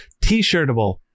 t-shirtable